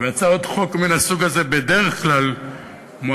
והצעות חוק מן הסוג הזה בדרך כלל מועלות